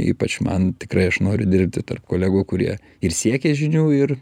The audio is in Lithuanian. ypač man tikrai aš noriu dirbti tarp kolegų kurie ir siekia žinių ir